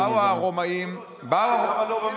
באו הרומאים, לא, לא,